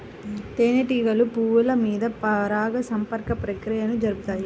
తేనెటీగలు పువ్వుల మీద పరాగ సంపర్క క్రియను జరుపుతాయి